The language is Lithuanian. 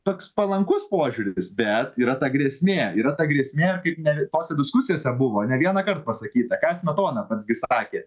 toks palankus požiūris bet yra ta grėsmė yra ta grėsmė kaip neretose diskusijose buvo ne vienąkart pasakyta ką smetona pats gi sakė